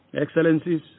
Excellencies